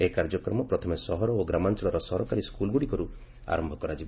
ଏହି କାର୍ଯ୍ୟକ୍ରମ ପ୍ରଥମେ ସହର ଓ ଗ୍ରାମାଞ୍ଚଳର ସରକାରୀ ସ୍କୁଲ୍ଗୁଡ଼ିକରୁ ଆରମ୍ଭ କରାଯିବ